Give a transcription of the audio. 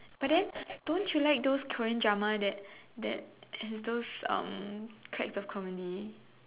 but then don't you like those Korean drama that that have those character comedy